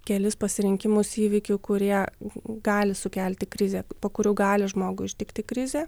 kelis pasirinkimus įvykių kurie gali sukelti krizę po kurių gali žmogų ištikti krizė